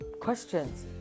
questions